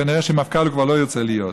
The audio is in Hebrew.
כנראה שמפכ"ל הוא כבר לא ירצה להיות.